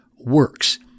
works